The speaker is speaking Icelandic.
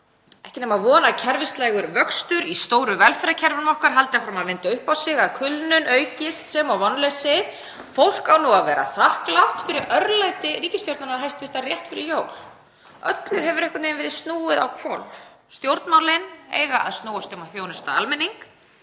ekki nema von að kerfislægur vöxtur í stóru velferðarkerfi okkar haldi áfram að vinda upp á sig, að kulnun aukist sem og vonleysi. Fólk á nú að vera þakklátt fyrir örlæti ríkisstjórnarinnar rétt fyrir jól. Öllu hefur einhvern veginn verið snúið á hvolf. Stjórnmálin eiga að snúast um að þjónusta almenning